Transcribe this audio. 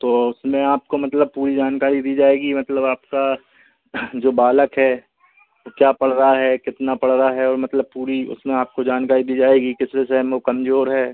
तो उसमें आपको मतलब पूरी जानकारी दी जाएगी मतलब आपका जो बालक है वो क्या पढ़ रहा है कितना पढ़ रहा है और मतलब पूरी उसमें आपको जानकारी दी जाएगी किस विषय में वो कमजोर है